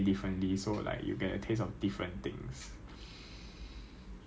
then right ya if 你 tap like not satisfactory right then 他们会问你为什么